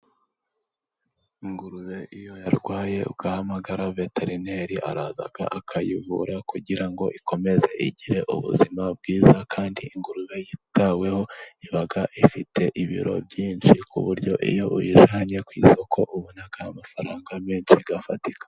Ingurube iyo yarwaye ugahamagara veterineri araza akayivura kugira ngo ikomeze igire ubuzima bwiza. Kandi ingurube yitaweho iba ifite ibiro byinshi ku buryo iyo uyizanye ku isoko ubona amafaranga menshi afatika.